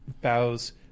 bows